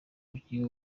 umukinnyi